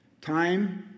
Time